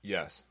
Yes